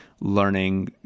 learning